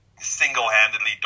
single-handedly